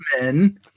Men